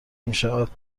میشود